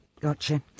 Gotcha